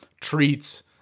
treats